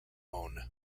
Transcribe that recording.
own